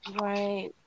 Right